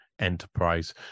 enterprise